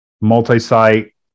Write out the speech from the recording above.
multi-site